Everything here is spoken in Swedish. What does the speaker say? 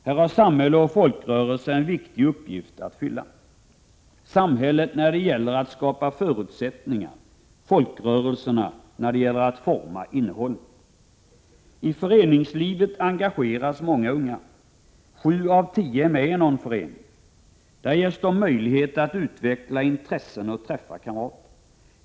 Här har samhälle och folkrörelse en viktig uppgift att fylla — samhället när det gäller att skapa förutsättningar, folkrörelserna när det gäller att forma innehållet. I föreningslivet engageras många unga. Sju av tio är med i någon förening. Där ges de möjlighet att utveckla intressen och träffa kamrater.